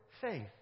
faith